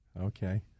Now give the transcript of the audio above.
Okay